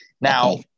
Now